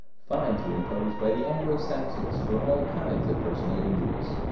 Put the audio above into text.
fines were imposed by the anglo-saxons for all kinds of personal injuries.